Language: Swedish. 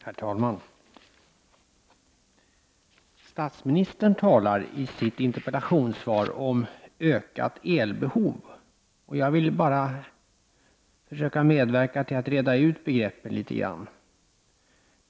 Herr talman! Statsministern talar i sitt interpellationssvar om ökat elbehov, och jag vill bara försöka medverka till att reda ut begreppen litet grand.